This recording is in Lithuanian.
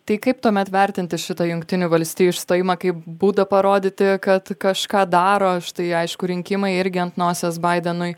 tai kaip tuomet vertinti šitą jungtinių valstijų išstojimą kaip būdą parodyti kad kažką daro štai aišku rinkimai irgi ant nosies baidenui